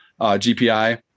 GPI